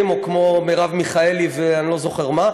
כמו נתניהו והמסגדים או כמו מרב מיכאלי ואני לא זוכר מה.